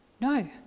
No